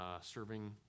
serving